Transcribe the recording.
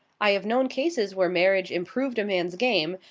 i have known cases where marriage improved a man's game,